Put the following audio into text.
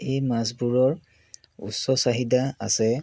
এই মাছবোৰৰ উচ্চ চাহিদা আছে